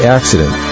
Accident